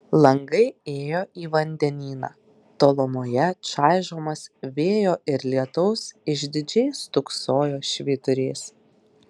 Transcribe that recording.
langai ėjo į vandenyną tolumoje čaižomas vėjo ir lietaus išdidžiai stūksojo švyturys